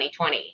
2020